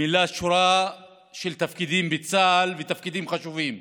הוא מילא שורה של תפקידים חשובים בצה"ל,